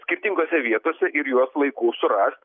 skirtingose vietose ir juos laiku surast